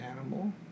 animal